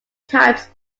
types